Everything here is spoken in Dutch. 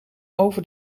over